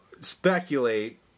speculate